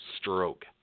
Stroke